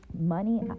money